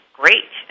great